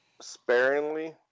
sparingly